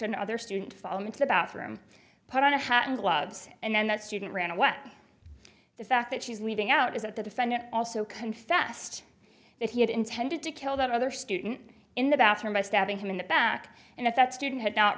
another student follow me to the bathroom put on a hat and gloves and then that student ran away at the fact that she's leaving out is that the defendant also confessed that he had intended to kill that other student in the bathroom by stabbing him in the back and that that student